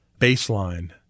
baseline